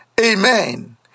Amen